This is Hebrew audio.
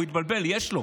הוא התבלבל, יש לו.